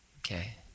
Okay